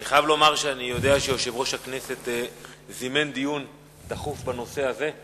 אני חייב לומר שאני יודע שיושב-ראש הכנסת זימן דיון דחוף בנושא הזה.